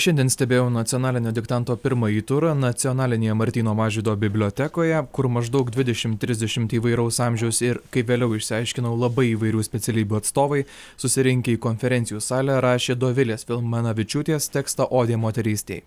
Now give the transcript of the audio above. šiandien stebėjau nacionalinio diktanto pirmąjį turą nacionalinėje martyno mažvydo bibliotekoje kur maždaug dvidešimt trisdešimt įvairaus amžiaus ir kaip vėliau išsiaiškinau labai įvairių specialybių atstovai susirinkę į konferencijų salę rašė dovilės filmanavičiūtės tekstą odė moterystei